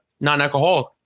non-alcoholic